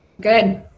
Good